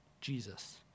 Jesus